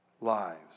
lives